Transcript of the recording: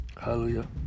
Hallelujah